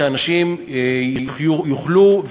שאנשים יוכלו,